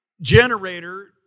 generator